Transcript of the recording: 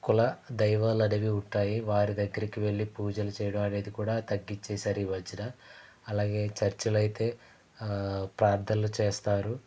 కుల దైవాలు అనేవి ఉంటాయి వారి దగ్గరికి వెళ్లి పూజలు చేయడం అనేది కూడా తగ్గించేసారు ఈ మధ్యన అలాగే చర్చలైతే ప్రార్థనలు చేస్తారు